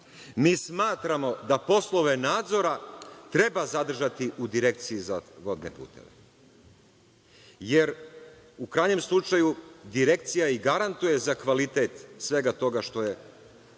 Mi smatramo da poslove nadzora treba zadržati u Direkciji za vodne puteve, jer u krajnjem slučaju direkcija i garantuje za kvalitet svega toga što bi